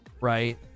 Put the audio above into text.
Right